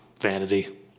vanity